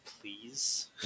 please